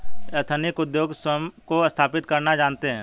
ethnic उद्योगी स्वयं को स्थापित करना जानते हैं